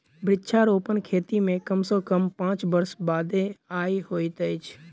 वृक्षारोपण खेती मे कम सॅ कम पांच वर्ष बादे आय होइत अछि